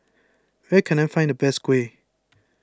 where can I find the best Kuih